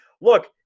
Look